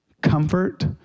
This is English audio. comfort